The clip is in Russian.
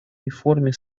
реформе